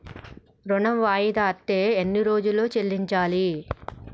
ఋణం వాయిదా అత్తే ఎన్ని రోజుల్లో చెల్లించాలి?